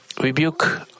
rebuke